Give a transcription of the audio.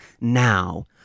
now